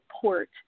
support